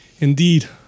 Indeed